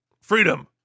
freedom